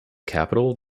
capital